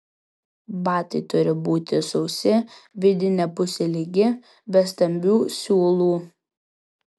batai turi būti sausi vidinė pusė lygi be stambių siūlių